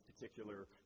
particular